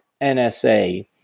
NSA